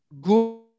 good